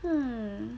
hmm